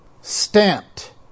Stamped